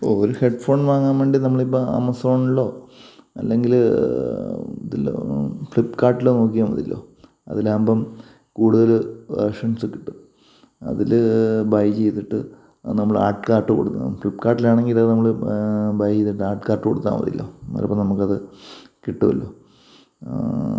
ഒരു head phone വാങ്ങാൻ വേണ്ടി നമ്മളിപ്പം ആമസോണിലോ അല്ലെങ്കിൽ ഇതിൽ ഫ്ലിപ്പ്കാർട്ടിലോ നോക്കിയാൽ മതിയല്ലോ അതിലാകുമ്പം കൂടുതൽ ഓപ്ഷൻസ് കിട്ടും അതിൽ ബൈ ചെയ്തിട്ട് നമ്മൾ ആഡ് കാർട്ട് കൊടുക്കണം ഫ്ലിപ്പ് കാർട്ടിലാണെങ്കിൽ ഇതു നമ്മൾ ബൈ ചെയ്തിട്ട് ആഡ് കാർട്ട് കൊടുത്താൽ മതിയല്ലോ അന്നേരം നമുക്കത് കിട്ടുമല്ലോ